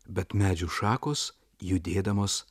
bet medžių šakos judėdamos